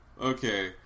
Okay